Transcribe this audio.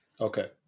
okay